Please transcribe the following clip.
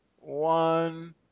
one